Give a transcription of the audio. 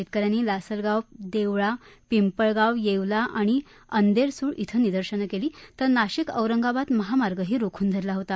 शेतक यांनी लासलगाव देवळापिंपळगाव येवला आणि अंदेरसूळ छिं निदर्शनं केली तर नाशिक औरंगाबाद महामार्गही रोखून धरला होता